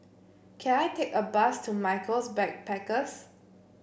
can I take a bus to Michaels Backpackers